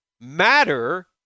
matter